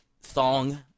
Thong